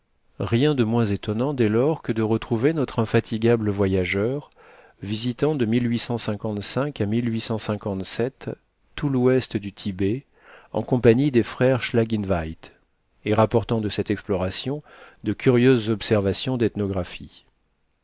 rien de moins étonnant dès lors que de retrouver notre infatigable voyageur visitant de à tout l'ouest du tibet en compagnie des frères schlagintweit et rapportant de cette exploration de curieuses observations